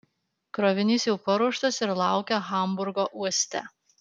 krovinys jau paruoštas ir laukia hamburgo uoste